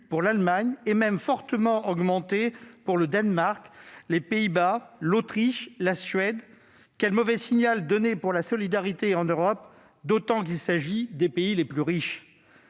pour l'Allemagne et même fortement augmentés pour le Danemark, les Pays-Bas, l'Autriche et la Suède. Quel mauvais signal pour la solidarité en Europe, d'autant qu'il s'agit des pays les plus riches